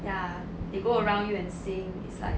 ya they go around you and sing it's like